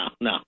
no